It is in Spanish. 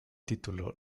título